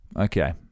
Okay